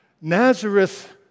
Nazareth